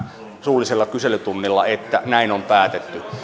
suullisella kyselytunnilla että näin on päätetty